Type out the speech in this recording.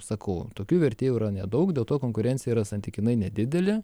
sakau tokių vertėjų yra nedaug dėl to konkurencija yra santykinai nedidelė